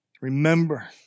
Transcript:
Remember